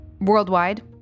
worldwide